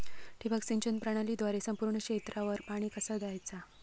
ठिबक सिंचन प्रणालीद्वारे संपूर्ण क्षेत्रावर पाणी कसा दयाचा?